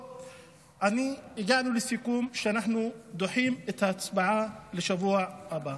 הגענו לסיכום שאנחנו דוחים את ההצבעה לשבוע הבא.